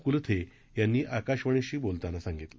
कुलथे यांनी आकाशवाणीशी बोलताना सांगितलं